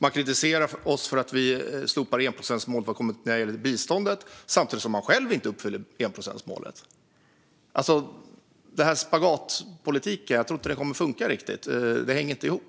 De kritiserar oss för att vi slopar enprocentsmålet när det gäller biståndet samtidigt som de själva inte uppfyller enprocentsmålet. Jag tror inte att den spagatpolitiken kommer att funka. Det hänger inte ihop.